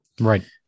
right